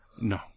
No